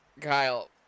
Kyle